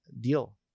deal